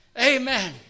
Amen